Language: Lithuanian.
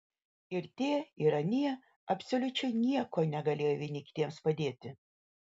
ir tie ir anie absoliučiai nieko negalėjo vieni kitiems padėti